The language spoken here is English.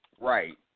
Right